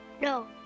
No